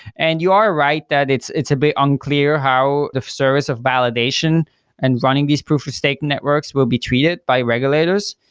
and you are right that it's it's a bit unclear how the service of validation and running these proof of stake networks will be treated by regulators.